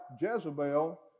Jezebel